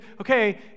okay